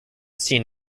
seen